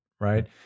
right